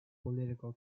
political